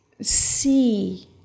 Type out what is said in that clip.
see